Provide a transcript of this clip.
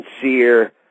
sincere